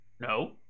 No